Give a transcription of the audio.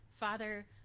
Father